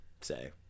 say